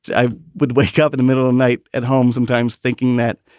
i would wake up in the middle of night at home sometimes thinking that,